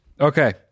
Okay